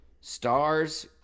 Stars